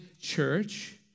church